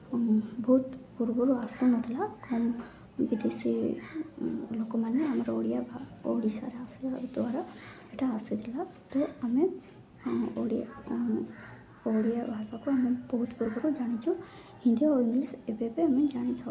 ବହୁତ ପୂର୍ବରୁ ଆସୁନଥିଲା କମ୍ ବିଦେଶୀ ଲୋକମାନେ ଆମର ଓଡ଼ିଆ ଓଡ଼ିଶାରେ ଆସିବା ଦ୍ଵାରା ଏଇଟା ଆସିଥିଲା ତ ଆମେ ଓଡ଼ିଆ ଓଡ଼ିଆ ଭାଷାକୁ ଆମେ ବହୁତ ପୂର୍ବରୁ ଜାଣିଛୁ ହିନ୍ଦୀ ଆଉ ଇଂଲିଶ୍ ଏବେ ଆମେ ଜାଣିଥାଉ